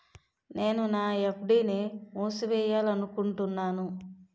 నేను నా ఎఫ్.డి ని మూసివేయాలనుకుంటున్నాను